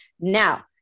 now